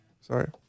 Sorry